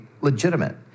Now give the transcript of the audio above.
legitimate